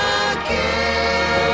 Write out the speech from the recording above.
again